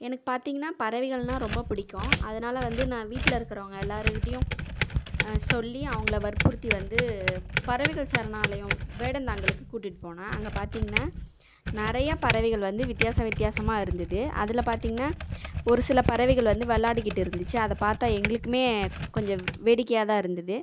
எனக்கு பார்த்தீங்கனா பறவைகள்னால் ரொம்ப பிடிக்கும் அதனால வந்து நான் வீட்டில் இருக்கிறவுங்க எல்லார் கிட்டேயும் சொல்லி அவங்கள வற்புறுத்தி வந்து பறவைகள் சரணாலயம் வேடந்தாங்கலுக்கு கூட்டிகிட்டுப் போனேன் அங்கே பார்த்தீங்கனா நிறையா பறவைகள் வந்து வித்தியாச வித்தியாசமாக இருந்தது அதில் பார்த்தீங்கனா ஒரு சில பறவைகள் வந்து விளையாடிகிட்டு இருந்துச்சு அதை பார்த்தா எங்களுக்குமே கொஞ்சம் வேடிக்கையாகதான் இருந்தது